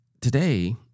today